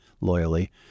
loyally